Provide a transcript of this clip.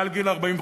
מעל גיל 45,